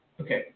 okay